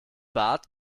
bad